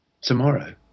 tomorrow